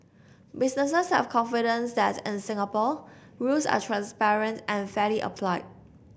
businesses have confidence that in Singapore rules are transparent and fairly applied